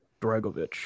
Dragovich